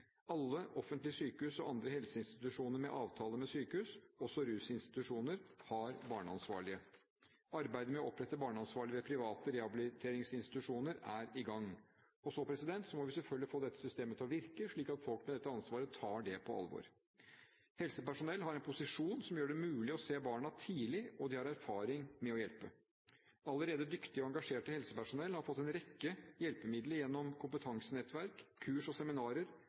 Alle offentlige sykehus og andre helseinstitusjoner med avtale med sykehus, også rusinstitusjoner, har barneansvarlige. Arbeidet med å opprette barneansvarlige ved private rehabiliteringsinstitusjoner er i gang. Så må vi selvfølgelig få dette systemet til å virke, slik at folk med dette ansvaret tar det på alvor. Helsepersonell har en posisjon som gjør det mulig å se barna tidlig, og de har erfaring med å hjelpe. Allerede dyktige og engasjerte helsepersonell har fått en rekke hjelpemidler gjennom kompetansenettverk, kurs og seminarer,